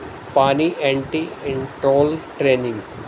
پانی اینٹی انٹول ٹرینگ